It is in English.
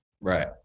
Right